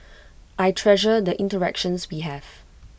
I treasure the interactions we have